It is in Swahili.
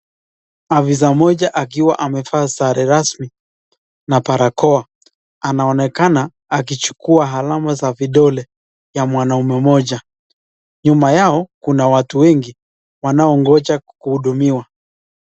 Afisa mmoja akiwa amevaa sare rasmi na barakoa . Anaonekana akichukua alama za vidole ya mwanaume mmoja. Nyuma yao kuna watu wengi wanaongoja kuhudumiwa .